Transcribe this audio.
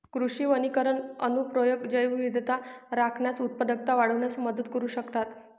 कृषी वनीकरण अनुप्रयोग जैवविविधता राखण्यास, उत्पादकता वाढविण्यात मदत करू शकतात